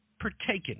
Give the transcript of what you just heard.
partaken